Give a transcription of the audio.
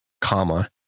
comma